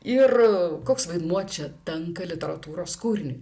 ir koks vaidmuo čia tenka literatūros kūriniui